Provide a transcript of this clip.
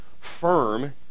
firm